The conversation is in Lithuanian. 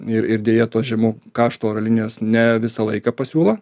ir ir deja tos žemų kaštų oro linijos ne visą laiką pasiūlo